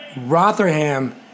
Rotherham